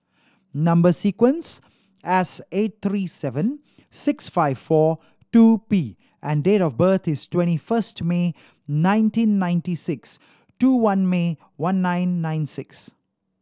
number sequence S eight three seven six five four two P and date of birth is twenty first May nineteen ninety six two one May one nine nine six